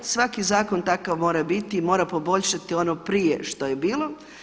Svaki zakon takav mora biti i mora poboljšati ono prije što je bilo.